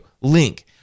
Link